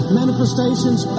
manifestations